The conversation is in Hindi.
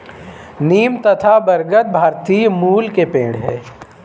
नीम तथा बरगद भारतीय मूल के पेड है